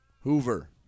Hoover